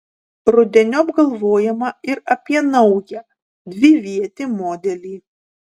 rudeniop galvojama ir apie naują dvivietį modelį